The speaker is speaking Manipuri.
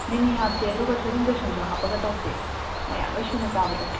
ꯃꯤꯃꯤ ꯍꯥꯞꯁꯦ ꯑꯗꯨꯒ ꯊꯣꯏꯗꯤꯡ ꯕꯦꯁꯣꯟꯁꯨ ꯍꯥꯞꯄꯒ ꯇꯧꯁꯦ ꯃꯌꯥꯟ ꯂꯣꯏꯅ ꯁꯨꯅ ꯆꯥꯕꯗꯣ